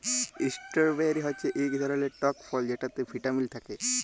strawberry হচ্যে ইক ধরলের টক ফল যেটতে ভিটামিল থ্যাকে